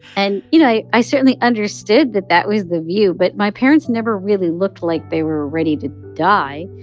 and, you know, i certainly understood that that was the view, but my parents never really looked like they were ready to die.